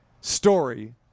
story